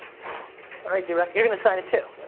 alright d-rock, you're gonna sign it too?